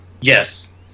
Yes